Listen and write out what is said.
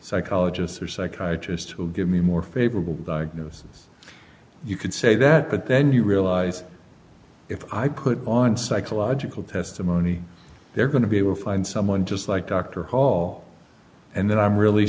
psychologist or psychiatrist will give me more favorable diagnosis you could say that but then you realize if i put on psychological testimony they're going to be able to find someone just like dr hall and then i'm really